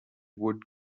wood